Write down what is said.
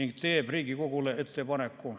ning teeb Riigikogule ettepaneku